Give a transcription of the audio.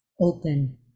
open